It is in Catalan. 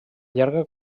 llarga